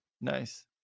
Nice